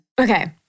Okay